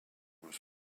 was